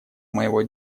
моего